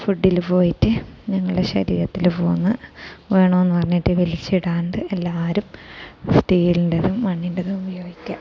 ഫുഡില് പോയിട്ട് ഞങ്ങള ശരീരത്തിൽ പോവുന്നു വേണോ എന്ന് പറഞ്ഞിട്ട് വിളിച്ചിടാണ്ട് എല്ലാവരും സ്റ്റീലിൻ്റെതും മണ്ണിൻ്റെതും ഉപയോഗിക്കുക